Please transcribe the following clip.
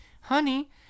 Honey